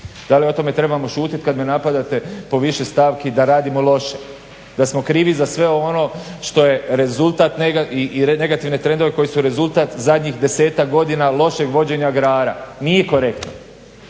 Da li o tome trebam šutjeti kad me napadate po više stavki da radimo loše, da smo krivi za sve ovo, ono što je rezultat i negativne trendove koji su rezultat zadnjih 10-ak godina lošeg vođenja agrara? Nije korektno.